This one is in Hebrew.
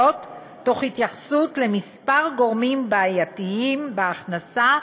מתוך התייחסות לכמה גורמים בעייתיים בהכנסה,